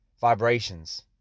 vibrations